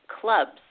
clubs